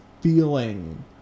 feeling